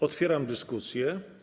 Otwieram dyskusję.